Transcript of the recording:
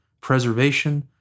preservation